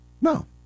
No